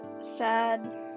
sad